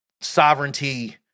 sovereignty